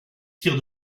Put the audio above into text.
tire